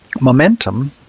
momentum